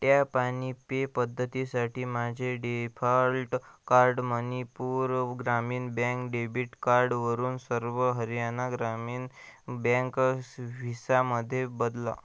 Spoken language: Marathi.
ट्यॅप आणि पे पद्धतीसाठी माझे डिफॉल्ट कार्ड मणिपूर उग् ग्रामीण बँक डेबिट कार्डवरून सर्व हरियाणा ग्रामीण बँकस व्हिसामध्ये बदला